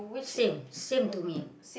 same same to me